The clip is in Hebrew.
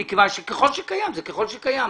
מכיוון ש-ככל שקיים, זה ככל שקיים.